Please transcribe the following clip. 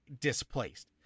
displaced